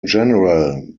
general